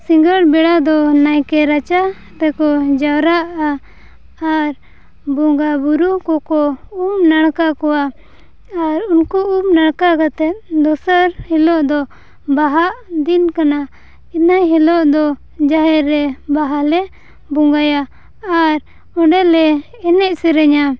ᱥᱤᱸᱜᱟᱹᱲ ᱵᱮᱲᱟ ᱫᱚ ᱱᱟᱭᱠᱮ ᱨᱟᱪᱟ ᱨᱮᱠᱚ ᱡᱟᱣᱨᱟᱜᱼᱟ ᱟᱨ ᱵᱚᱸᱜᱟ ᱵᱩᱨᱩ ᱠᱚᱠᱚ ᱩᱢ ᱱᱟᱲᱠᱟ ᱠᱚᱣᱟ ᱟᱨ ᱩᱱᱠᱩ ᱩᱢ ᱱᱟᱲᱠᱟ ᱠᱟᱛᱮᱫ ᱫᱚᱥᱟᱨ ᱦᱤᱞᱳᱜ ᱫᱚ ᱵᱟᱦᱟ ᱫᱤᱱ ᱠᱟᱱᱟ ᱤᱱᱟᱹ ᱦᱤᱞᱳᱜ ᱫᱚ ᱡᱟᱦᱮᱨ ᱨᱮ ᱵᱟᱦᱟᱞᱮ ᱵᱚᱸᱜᱟᱭᱟ ᱟᱨ ᱚᱸᱰᱮᱞᱮ ᱮᱱᱮᱡ ᱥᱮᱨᱮᱧᱟ